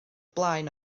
blaen